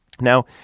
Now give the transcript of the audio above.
Now